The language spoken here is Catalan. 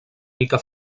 mica